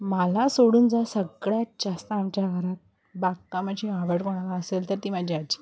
मला सोडून जर सगळ्यात जास्त आमच्या घरात बागकामाची आवड कोणाला असेल तर ती माझी आजी